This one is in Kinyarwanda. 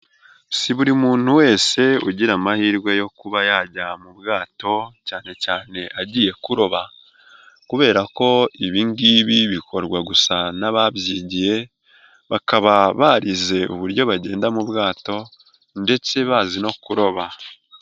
Si buri muntu wese ugira amahirwe yo kuba yajya mu bwato cyane cyane agiye kuroba kubera ko ibi ngibi bikorwa gusa n'ababyigiye bakaba barize uburyo bagenda mu bwato ndetse bazi no kuroba.